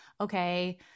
Okay